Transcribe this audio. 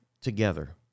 together